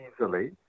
easily